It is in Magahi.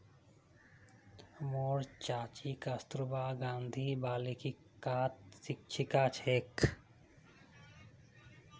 मोर चाची कस्तूरबा गांधी बालिकात शिक्षिका छेक